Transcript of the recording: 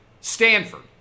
Stanford